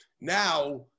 Now